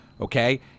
Okay